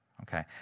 Okay